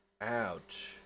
ouch